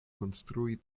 konstrui